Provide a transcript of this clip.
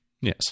Yes